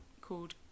called